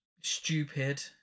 Stupid